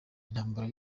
intambara